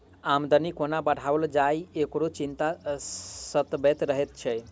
आमदनी कोना बढ़ाओल जाय, एकरो चिंता सतबैत रहैत छै